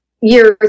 years